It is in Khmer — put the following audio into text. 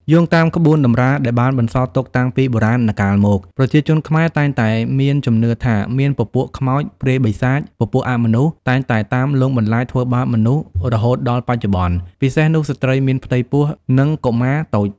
យោងតាមក្បូនតម្រាដែលបានបន្សល់ទុកតាំងពីបុរាណកាលមក ប្រជាជនខ្មែរតែងតែមានជំនឿថាមានពពូក ខ្មោច ព្រាយបិសាច ពពួកអមនុស្ស តែងតែតាមលងបន្លាចធ្វើបាបមនុស្សរហូតដល់បច្ចុប្បន្ន ពិសេសនោះស្ត្រីមានផ្ទៃពោះនិងកុមារតូច